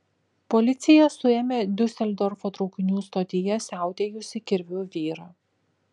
policija suėmė diuseldorfo traukinių stotyje siautėjusį kirviu vyrą